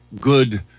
Good